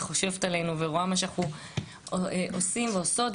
חושבת עלינו ורואה מה אנחנו עושים ועושות,